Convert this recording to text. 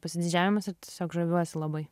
pasididžiavimas ir tiesiog žaviuosi labai